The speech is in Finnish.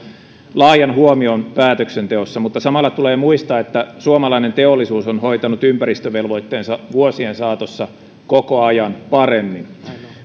laajan huomion päätöksenteossa mutta samalla tulee muistaa että suomalainen teollisuus on hoitanut ympäristövelvoitteensa vuosien saatossa koko ajan paremmin